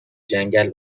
جنگل